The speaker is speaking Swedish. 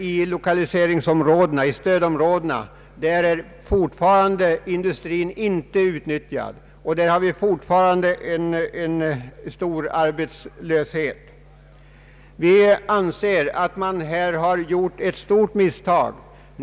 I stödområdena är industrin fortfarande inte utnyttjad, och där råder alltjämt en stor arbetslöshet. Vi anser att man här gjort ett stort misstag.